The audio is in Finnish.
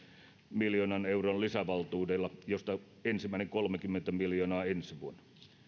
miljoonan euron lisävaltuudella josta ensimmäinen kolmekymmentä miljoonaa ensi vuonna